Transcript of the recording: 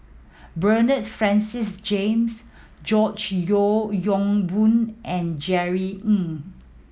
Bernard Francis James George Yeo Yong Boon and Jerry Ng